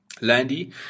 landy